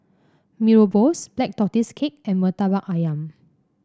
Mee Rebus Black Tortoise Cake and Murtabak ayam